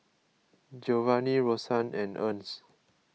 Giovanni Rosann and Ernst